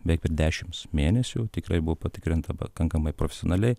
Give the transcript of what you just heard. beveik dešimt mėnesių tikrai buvo patikrinta pakankamai profesionaliai